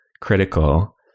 critical